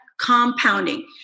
compounding